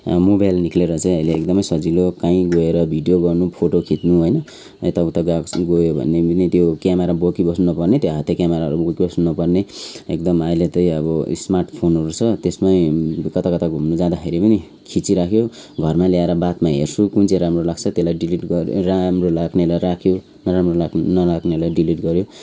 mobile निक्लेर चाहिँ अहिले एकदमै सजिलो कहीँ गएर भिडियो गर्नु फोटो खिच्नु होइन यता उता गयो भने पनि त्यो क्यामरा बोकिबस्नु नपर्ने त्यो हाते क्यामराहरू बोकिबस्नु नपर्ने एकदम अहिले त अब स्मार्ट फोनहरू छ त्यसमै कता कता घुम्नु जाँदाखेरि पनि खिची राख्यो घरमा ल्याएर बादमा हेर्छु कुन चाहिँ राम्रो लाग्छ त्यसलाई डिलिट गर राम्रो लाग्नेलाई राख्यो नराम्रो लाग नलाग्नेलाई डिलिट गऱ्यो